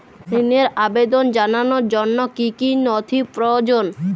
ঋনের আবেদন জানানোর জন্য কী কী নথি প্রয়োজন?